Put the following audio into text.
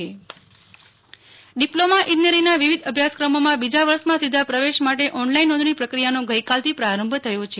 નેહ્લ ઠક્કર ડિપ્લોમાં ઈજનેરી ઓનલાઈન નોંધણી ડિપ્લોમાં ઈજનેરીના વિવિધ અભ્યાસક્રમોમાં બીજા વર્ષમાં સીધા પ્રવેશ માટે ઓનલાઈન નોંધણી પ્રક્રિયાનો ગઈકાલથી પ્રારંભ થયો છે